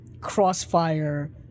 Crossfire